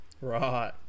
right